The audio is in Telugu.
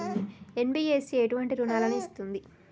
ఎన్.బి.ఎఫ్.సి ఎటువంటి రుణాలను ఇస్తుంది?